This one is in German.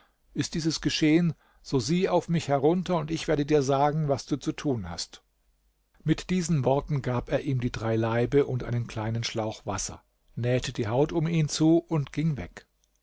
ist dieses geschehen so sieh auf mich herunter und ich werde dir sagen was du zu tun hast mit diesen worten gab er ihm die drei laibe und einen kleinen schlauch wasser nähte die haut um ihn zu und ging weg